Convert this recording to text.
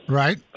right